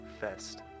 fest